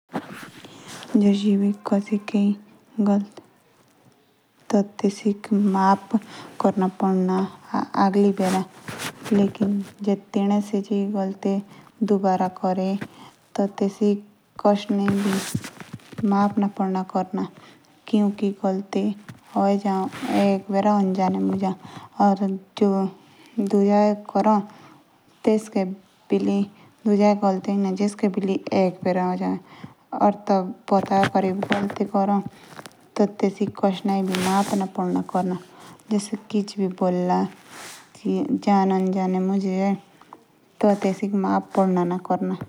जे एबि कासिके गलती ए। टी तेसिक माफ बी क्रना पदो। या तिने देजी गलती दोबारा करी। तो तेसिक माफ पडा न क्रना।